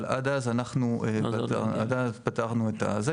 אבל עד אז אנחנו פתרנו את הזה.